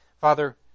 Father